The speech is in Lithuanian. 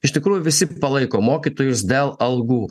iš tikrųjų visi palaiko mokytojus dėl algų